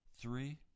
three